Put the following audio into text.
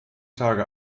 tage